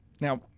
Now